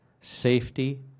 Safety